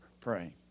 praying